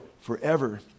forever